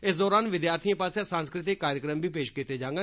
इस दौरान विद्यार्थिए पास्सेआ सांस्कृति कार्यक्रम बी पेश कीते जांङन